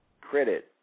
credit